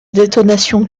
détonation